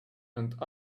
and